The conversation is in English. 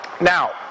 Now